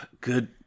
Good